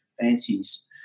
fancies